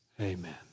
Amen